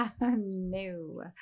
no